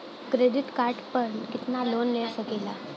Credit card पर कितनालोन ले सकीला?